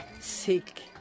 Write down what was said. sick